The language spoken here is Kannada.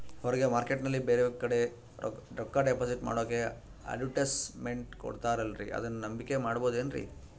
ಹೊರಗೆ ಮಾರ್ಕೇಟ್ ನಲ್ಲಿ ಬೇರೆ ಬೇರೆ ಕಡೆ ರೊಕ್ಕ ಡಿಪಾಸಿಟ್ ಮಾಡೋಕೆ ಅಡುಟ್ಯಸ್ ಮೆಂಟ್ ಕೊಡುತ್ತಾರಲ್ರೇ ಅದನ್ನು ನಂಬಿಕೆ ಮಾಡಬಹುದೇನ್ರಿ?